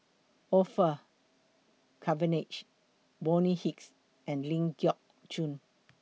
Orfeur Cavenagh Bonny Hicks and Ling Geok Choon